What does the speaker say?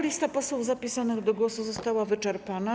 Lista posłów zapisanych do głosu została wyczerpana.